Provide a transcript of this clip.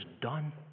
done